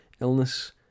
illness